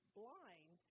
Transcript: blind